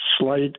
slight